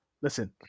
Listen